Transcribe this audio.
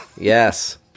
Yes